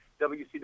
WCW